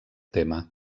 tema